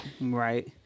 Right